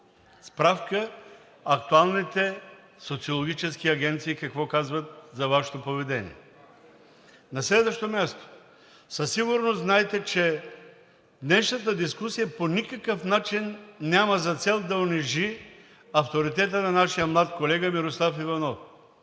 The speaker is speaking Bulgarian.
Справка – актуалните социологически агенции какво казват за Вашето поведение. На следващо място, със сигурност знаете, че днешната дискусия по никакъв начин няма за цел да унижи авторитета на нашия млад колега Мирослав Иванов.